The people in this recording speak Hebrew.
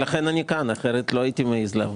לכן אני כאן כי אחרת לא הייתי מעז לבוא.